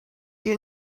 you